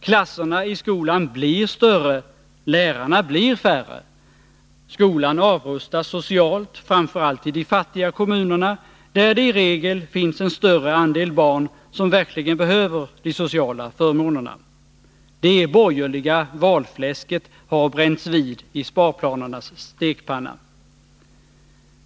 Klasserna i skolan blir större, lärarna blir färre. Skolan avrustas socialt — framför allt i de fattiga kommunerna, där det i regel finns en större andel barn som verkligen behöver de sociala förmånerna. Det borgerliga valfläsket har bränts vid i sparplanernas stekpanna.